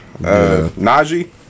Najee